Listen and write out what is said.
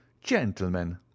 gentlemen